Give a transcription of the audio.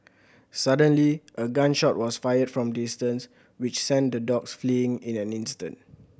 suddenly a gun shot was fired from distance which sent the dogs fleeing in an instant